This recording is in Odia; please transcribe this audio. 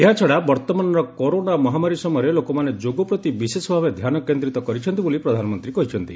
ଏହାଛଡ଼ା ବର୍ତମାନର କରୋନା ମହାମାରୀ ସମୟରେ ଲୋକମାନେ ଯୋଗ ପ୍ରତି ବିଶେଷଭାବେ ଧ୍ୟାନ କେନ୍ଦ୍ରିତ କରିଛନ୍ତି ବୋଲି ପ୍ରଧାନମନ୍ତ୍ରୀ କହିଛନ୍ତି